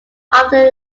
after